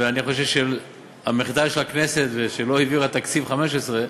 ואני חושב שהמחדל של הכנסת שלא העבירה את תקציב 2015,